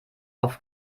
auf